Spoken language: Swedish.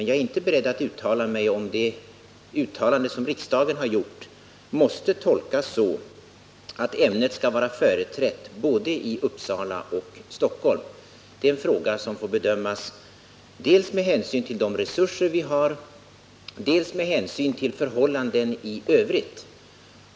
Jag är inte beredd att säga om det uttalande som riksdagen har gjort måste tolkas så att ämnet skall vara företrätt både i Uppsala och i Stockholm. Det är en fråga som får bedömas dels med hänsyn till de resurser vi har, dels med hänsyn till förhållanden i övrigt.